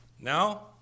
Now